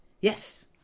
Yes